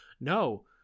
No